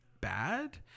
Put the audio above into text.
bad